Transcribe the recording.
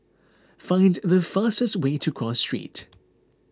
find the fastest way to Cross Street